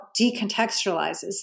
decontextualizes